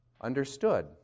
understood